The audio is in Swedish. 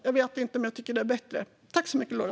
Jag vet inte om jag tycker att det är bättre.